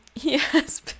Yes